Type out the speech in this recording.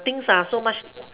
things are so much